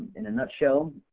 in a nutshell.